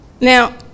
Now